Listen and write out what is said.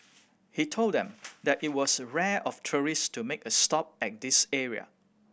he told them that it was rare of tourist to make a stop at this area